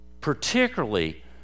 particularly